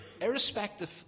irrespective